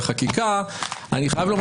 אז כנראה שאני לא רוצה את המודל הבריטי.